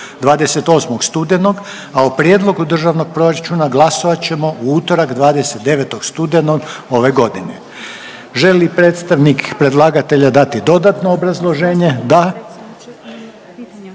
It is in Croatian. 28. studenog, a o Prijedlogu državnog proračuna glasovat ćemo u utorak, 29. studenog ove godine. Želi li predstavnik predlagatelja dati dodatno obrazloženje? Da.